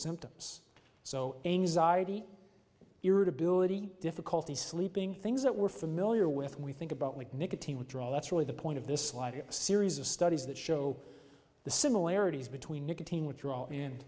symptoms so anxiety irritability difficulty sleeping things that we're familiar with we think about like nicotine withdrawal that's really the point of this slide a series of studies that show the similarities between nicotine withdrawal in